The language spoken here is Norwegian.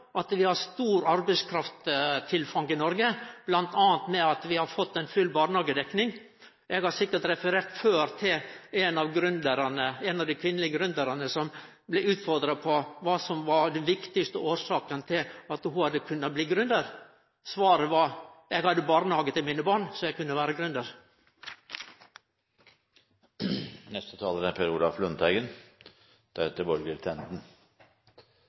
at vi har stort arbeidskraftstilfang i Noreg, bl.a. ved at vi har fått full barnehagedekning. Eg har sikkert referert før til ein av dei kvinnelege gründerane som blei utfordra på kva som var den viktigaste årsaka til at ho hadde blitt gründer. Svaret var: Eg hadde barnehage til mine barn, så eg kunne vere